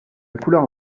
couleur